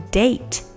date